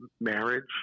marriage